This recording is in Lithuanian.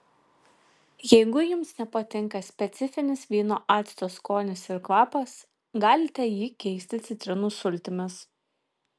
jeigu jums nepatinka specifinis vyno acto skonis ir kvapas galite jį keisti citrinų sultimis